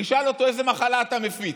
ותשאל אותו: איזה מחלה אתה מפיץ?